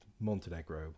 Montenegro